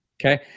Okay